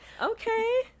Okay